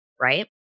Right